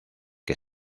que